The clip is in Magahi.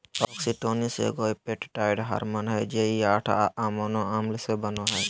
ऑक्सीटोसिन एगो पेप्टाइड हार्मोन हइ जे कि आठ अमोनो अम्ल से बनो हइ